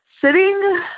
sitting